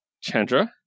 Chandra